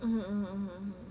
mm mm mm mm